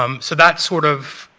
um so that's sort of